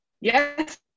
Yes